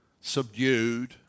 subdued